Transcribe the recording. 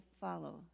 follow